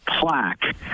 plaque